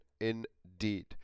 indeed